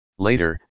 Later